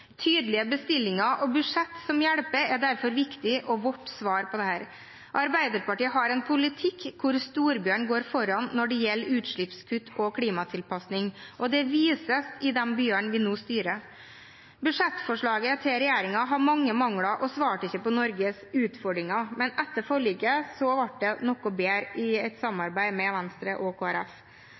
Tydelige bestillinger og budsjett som hjelper, er derfor viktig, og er vårt svar på dette. Arbeiderpartiet har en politikk der storbyene går foran når det gjelder utslippskutt på klimatilpasning, og det vises i de byene vi nå styrer. Budsjettforslaget til regjeringen har mange mangler og svarte ikke på Norges utfordringer, men etter forliket ble det noe bedre – i samarbeid med Venstre og